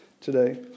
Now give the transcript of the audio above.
today